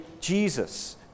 Jesus